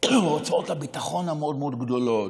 הוצאות הביטחון המאוד-מאוד גדולות,